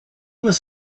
was